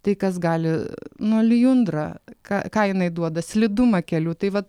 tai kas gali nu lijundra ką ką jinai duoda slidumą kelių tai vat